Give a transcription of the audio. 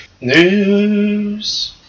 News